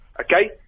Okay